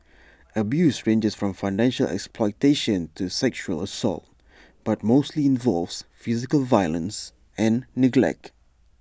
abuse ranges from financial exploitation to sexual assault but mostly involves physical violence and neglect